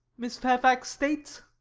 miss fairfax states.